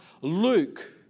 Luke